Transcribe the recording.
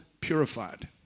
purified